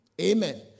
Amen